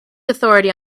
authority